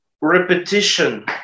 repetition